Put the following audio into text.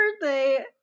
birthday